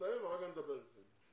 תסתיים ואחר כך תדברו איתם.